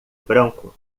branco